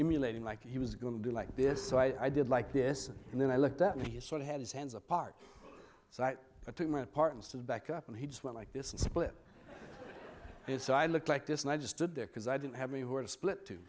emulate him like he was going to do like this so i did like this and then i looked at his son had his hands apart so i took my part and stood back up and he just went like this and split it so i looked like this and i just stood there because i didn't have anywhere to split to